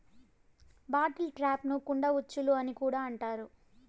bottle ట్రాప్లను కుండ ఉచ్చులు అని కూడా అంటారు